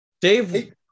Dave